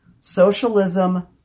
Socialism